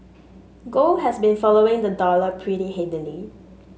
gold has been following the dollar pretty heavily